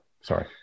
sorry